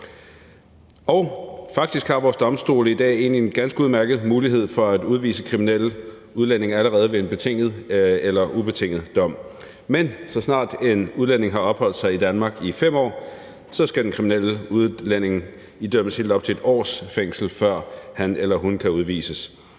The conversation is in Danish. Og faktisk har vores domstole i dag egentlig en ganske udmærket mulighed for at udvise kriminelle udlændinge allerede ved en betinget eller ubetinget dom. Men så snart en udlænding har opholdt sig i Danmark i 5 år, skal den kriminelle udlænding idømmes helt op til 1 års fængsel, før han eller hun kan udvises.